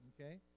Okay